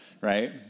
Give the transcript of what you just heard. right